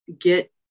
get